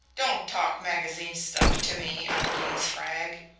don't talk magazine stuff to me, undine spragg.